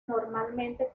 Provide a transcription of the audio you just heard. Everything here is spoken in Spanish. normalmente